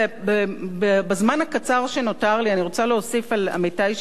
בזמן הקצר שנותר לי אני רוצה להוסיף על עמיתי שדיברו